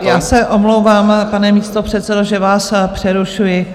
Já se omlouvám, pane místopředsedo, že vás přerušuji.